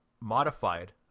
modified